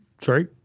Sorry